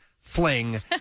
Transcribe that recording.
fling